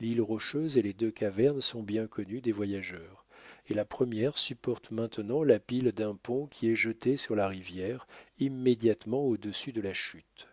l'île rocheuse et les deux cavernes sont bien connues des voyageurs et la première supporte maintenant la pile d'un pont qui est jeté sur la rivière immédiatement au-dessus de la chute